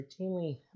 routinely